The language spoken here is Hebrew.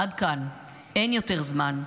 עד כאן, אין יותר זמן.